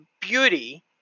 beauty